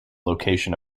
location